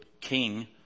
king